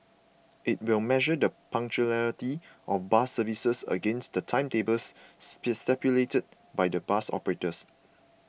it will measure the punctuality of bus services against the timetables stipulated by the bus operators